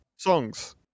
Songs